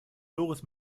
doris